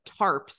tarps